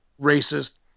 Racist